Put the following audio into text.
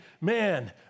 man